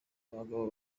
abagabo